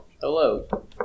Hello